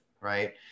Right